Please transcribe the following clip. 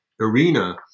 arena